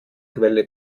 quelle